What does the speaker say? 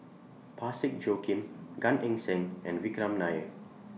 Parsick Joaquim Gan Eng Seng and Vikram Nair